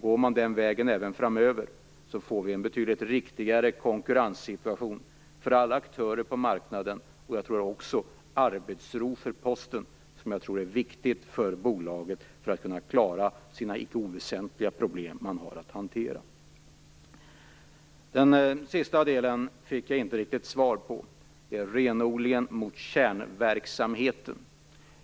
Går man den vägen även framöver blir det en betydligt riktigare konkurrenssituation för alla aktörer på marknaden samtidigt som Posten får arbetsro, vilket är viktigt för att bolaget skall kunna klara att hantera sina icke oväsentliga problem. Den sista delen fick jag inte något riktigt svar på. Det gällde renodlandet av kärnverksamheten.